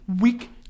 weak